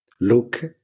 look